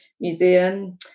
museum